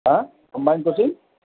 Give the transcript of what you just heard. হ্যাঁ combined coaching